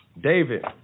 David